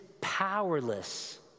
powerless